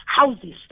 houses